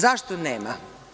Zašto nema?